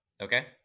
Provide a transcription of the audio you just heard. Okay